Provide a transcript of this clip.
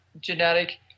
genetic